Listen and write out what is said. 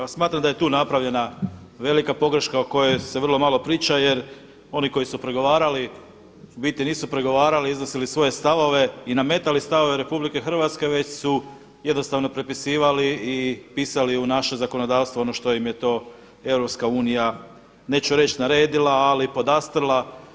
Ja smatram da je tu napravljena velika pogreška o kojoj se vrlo malo priča jer oni koji su pregovarali u biti nisu pregovarali, iznosili svoje stavove i nametali stavove Republike Hrvatske, već su jednostavno prepisivali i pisali u naše zakonodavstvo ono što im je to Europska unija neću reći naredila, ali podastrla.